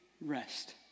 rest